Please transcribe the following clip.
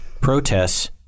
protests